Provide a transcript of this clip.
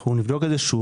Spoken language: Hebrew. אנחנו נבדוק את זה שוב,